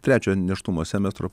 trečio nėštumo semestro